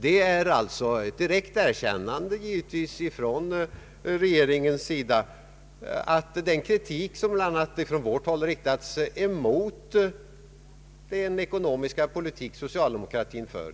Det är ett direkt erkännande ifrån regeringens sida att den kritik i stora delar måste vara riktig som bl.a. från vårt håll riktats emot den ekonomiska politik socialdemokratin för.